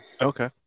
Okay